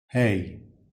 hey